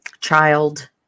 child